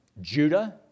Judah